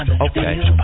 okay